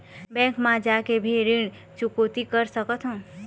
Bank मा जाके भी ऋण चुकौती कर सकथों?